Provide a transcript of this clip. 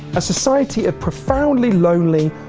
a society of profoundly lonely,